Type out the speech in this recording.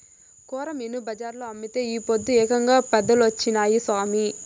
కొరమీను బజార్లో అమ్మితే ఈ పొద్దు ఏకంగా పదేలొచ్చినాయి సామి